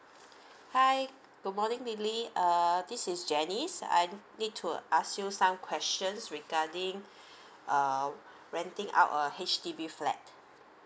hi good morning lily err this is janice I need to ask you some questions regarding err renting out a H_D_B flat